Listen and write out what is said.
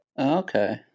Okay